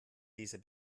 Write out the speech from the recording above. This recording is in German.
dieser